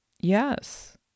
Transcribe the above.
Yes